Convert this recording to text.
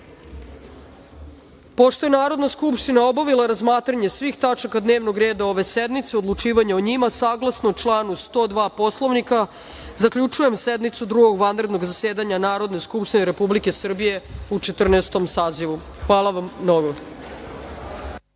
je Narodna skupština obavila razmatranje svih tačaka dnevnog reda ove sednice i odlučivanje o njima, saglasno članu 102. Poslovnika, zaključujem sednicu Drugog vanrednog zasedanja Narodne skupštine Republike Srbije u 14. sazivu. Hvala vam.